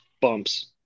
Bumps